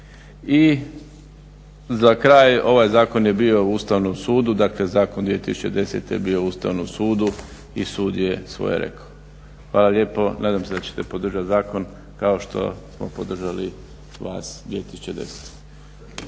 I za kraj ovaj zakon je bio u Ustavnom sudu dakle zakon 2010.je bio u ustavnom sudu i sud je svoje rekao. Hvala lijepo, nadam se da ćete podržati zakon kao što smo podržali vas 2010.